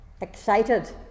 excited